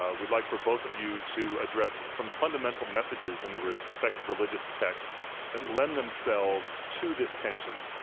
ah we'd like for both of you to address some fundamental messages in the respective religious texts that lend themselves to this tension.